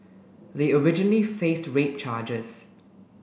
they originally faced rape charges